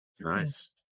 nice